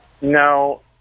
No